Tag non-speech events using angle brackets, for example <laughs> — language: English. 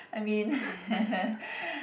I mean <laughs>